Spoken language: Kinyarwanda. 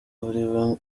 uriwe